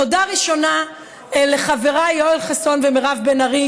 תודה ראשונה לחבריי יואל חסון ומירב בן ארי,